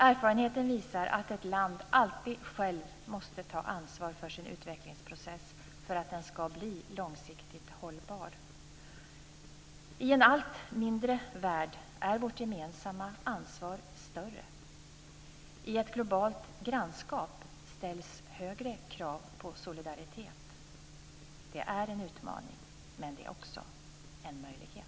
Erfarenheten visar att ett land alltid själv måste ta ansvar för sin utvecklingsprocess för att den ska bli långsiktigt hållbar. I en allt mindre värld är vårt gemensamma ansvar större. I ett globalt grannskap ställs högre krav på solidaritet. Det är en utmaning, men det är också en möjlighet.